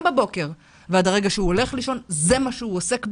בבוקר ועד הרגע שהוא הולך לישון זה מה שהוא עוסק בו,